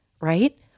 Right